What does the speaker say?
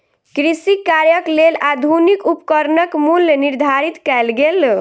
कृषि कार्यक लेल आधुनिक उपकरणक मूल्य निर्धारित कयल गेल